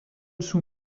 sous